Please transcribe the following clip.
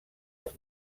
els